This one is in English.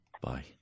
Bye